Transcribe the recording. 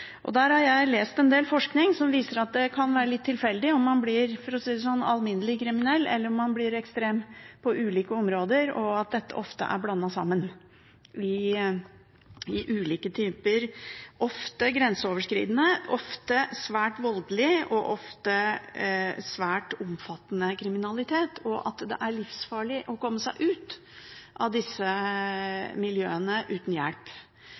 har lest en del forskning som viser at det kan være litt tilfeldig om man blir alminnelig kriminell – for å si det sånn – eller om man blir ekstrem på ulike områder, og at dette ofte er blandet sammen i ulike typer kriminalitet, ofte grenseoverskridende, ofte svært voldelig og ofte svært omfattende kriminalitet, og at det er livsfarlig å komme seg ut av disse miljøene uten hjelp.